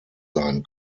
sein